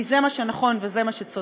כי זה מה שנכון וזה מה שצודק.